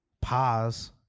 pause